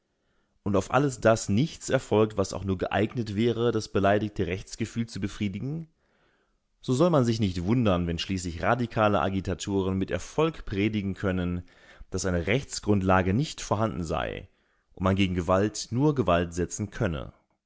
und auf alles das nichts erfolgt was auch nur geeignet wäre das beleidigte rechtsgefühl zu befriedigen so soll man sich nicht wundern wenn schließlich radikale agitatoren mit erfolg predigen können daß eine rechtsgrundlage nicht vorhanden sei und man gegen gewalt nur gewalt setzen könne